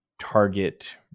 target